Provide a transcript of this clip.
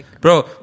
Bro